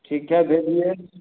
ठीक है भेजिये